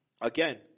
Again